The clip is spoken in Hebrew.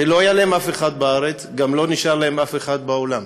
ולא היה להם אף אחד בארץ וגם לא נשאר להם אף אחד בעולם.